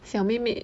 小妹妹